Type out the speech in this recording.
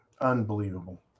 Unbelievable